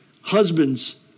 husbands